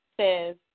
says